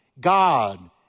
God